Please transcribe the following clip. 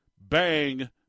Bang